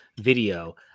video